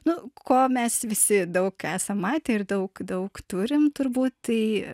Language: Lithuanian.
nu ko mes visi daug esam matę ir daug daug turim turbūt tai